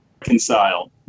reconcile